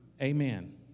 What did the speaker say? Amen